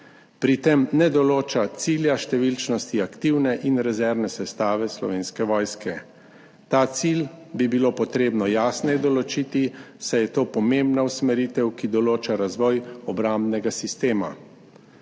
Pri tem ne določa cilja številčnosti aktivne in rezervne sestave Slovenske vojske. Ta cilj bi bilo potrebno jasneje določiti, saj je to pomembna usmeritev, ki določa razvoj obrambnega sistema.